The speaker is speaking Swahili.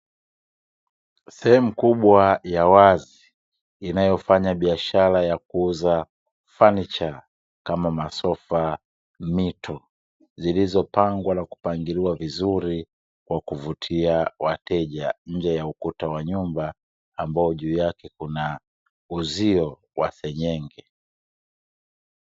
Sehemu kubwa ya wazi inayofanya biashara ya kuuza fanicha kama; masofa mito zilizopangwa na kupangiliwa vizuri, kwa kuvutia wateja nje ya ukuta wa nyumba, ambao juu yake kuna uzio wa senyenge.